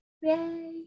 yay